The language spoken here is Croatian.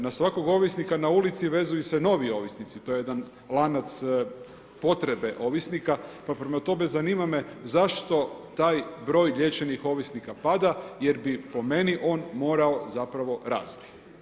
Na svakog ovisnika na ulici vezuju se novi ovisnici, to je jedan lanac potrebe ovisnika pa prema tome zanima me zašto taj broj liječenih ovisnika pada jer bi po meni on morao zapravo rasti.